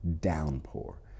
downpour